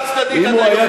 ומאז אתם מנהלים את המדינה.